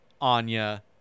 Anya